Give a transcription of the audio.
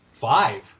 Five